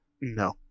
No